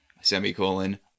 semicolon